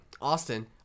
Austin